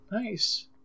Nice